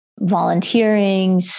volunteering